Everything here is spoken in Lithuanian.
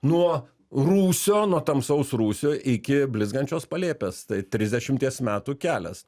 nuo rūsio nuo tamsaus rūsio iki blizgančios palėpės tai trisdešimties metų kelias